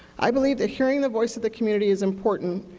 i believe that hearing the voice of the community is important,